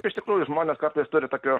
iš tikrųjų žmonės kartais turi tokių